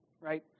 Right